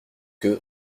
que